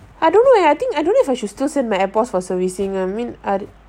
I don't know eh I think I don't know if I should still send my airpods for servicing lah I mean I